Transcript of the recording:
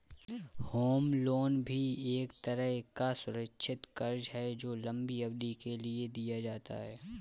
home loan भी एक तरह का सुरक्षित कर्ज है जो लम्बी अवधि के लिए दिया जाता है